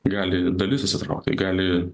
gali dalis įsitraukti gali